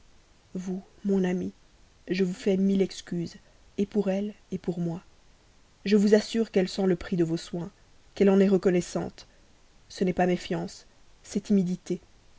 vous mon ami je vous fais mille excuses pour elle pour moi je vous assure qu'elle sent le prix de vos soins qu'elle en est reconnaissante ce n'est pas méfiance c'est timidité